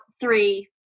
three